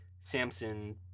Samson